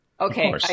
Okay